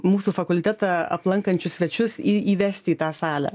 mūsų fakultetą aplankančius svečius į įvesti į tą salę